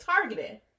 targeted